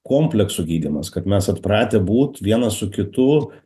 kompleksų gydymas kad mes atpratę būt vienas su kitu